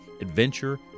adventure